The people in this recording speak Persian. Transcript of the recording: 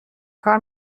کار